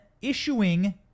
issuing